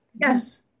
Yes